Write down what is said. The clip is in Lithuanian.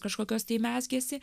kažkokios tai mezgėsi